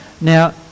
now